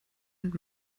und